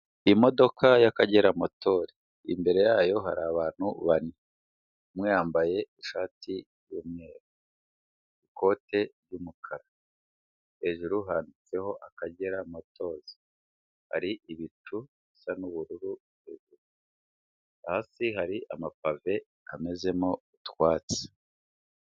Imodoka y'Akagera motori imbere yayo hari abantu bane, umwe yambaye ishati y'umweru, ikote ry'umukara, hejuru handitseho Akagera motozi, hari ibicu bisa n'ubururu hejuru, hasi hari amapave yamezemo utwatsi.